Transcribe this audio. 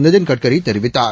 Nitin கட்கரிதெரிவித்தார்